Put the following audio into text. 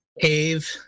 cave